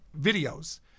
videos